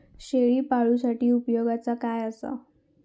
शेळीपाळूसाठी उपयोगाचा काय असा?